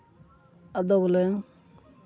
ᱟᱫᱚ ᱵᱚᱞᱮ